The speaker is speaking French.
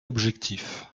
objectif